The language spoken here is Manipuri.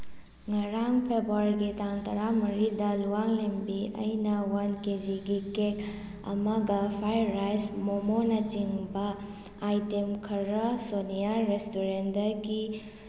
ꯉꯔꯥꯡ ꯐꯦꯕꯋꯥꯔꯤꯒꯤ ꯇꯥꯡ ꯇꯔꯥꯃꯔꯤꯗ ꯂꯨꯋꯥꯡ ꯂꯦꯝꯕꯤ ꯑꯩꯅ ꯋꯥꯟ ꯀꯦꯖꯤ ꯒꯤ ꯀꯦꯛ ꯑꯃꯒ ꯐ꯭ꯔꯥꯏ ꯔꯥꯏꯁ ꯃꯣꯃꯣꯅ ꯆꯤꯡꯕ ꯑꯏꯇꯦꯝ ꯈꯔꯥ ꯁꯣꯅꯤꯌꯥ ꯔꯦꯁꯇꯨꯔꯦꯟꯗꯒꯤ